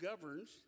governs